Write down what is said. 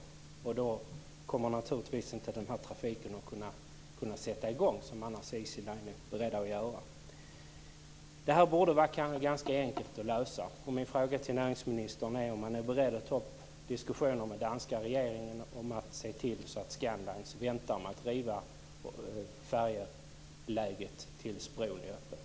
Då kommer den här trafiken naturligtvis inte att kunna sätta i gång, vilket Easy-line annars är beredd att göra. Detta borde vara ganska enkelt att lösa. Min fråga till näringsministern är om han är beredd att ta upp diskussioner med danska regeringen om att se till så att Scandlines väntar med att riva färjeläget tills bron är öppen.